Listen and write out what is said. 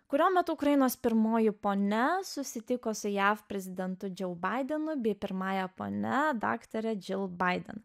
kurio metu ukrainos pirmoji ponia susitiko su jav prezidentu džou baidenu bei pirmąja ponia daktare džil baiden